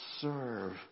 serve